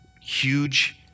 huge